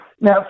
Now